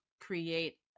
create